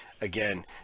again